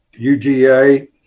UGA